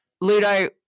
Ludo